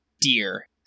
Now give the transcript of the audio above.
dear